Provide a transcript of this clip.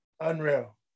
Unreal